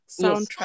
soundtrack